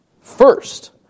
first